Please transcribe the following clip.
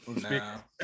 now